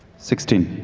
sixteen.